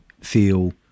feel